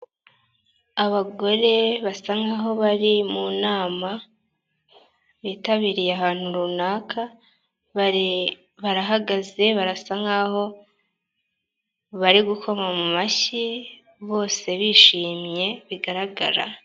Abagore basa nk'aho bari mu nama bitabiriye ahantu runaka, barahagaze barasa nkaho bari gukoma mashyi bose bishimye bigaragara.